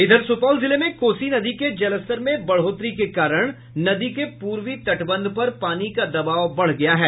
इधर सुपौल जिले में कोसी नदी के जलस्तर में बढ़ोतरी के कारण नदी के पूर्वी तटबंध पर पानी का दबाव बढ़ गया है